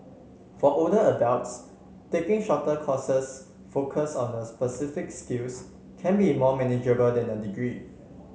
for older adults taking shorter courses focused on specific skills can be more manageable than a degree